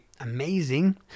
amazing